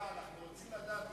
אני רואה שיש לי 15 שניות להגיד מהן